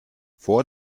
vor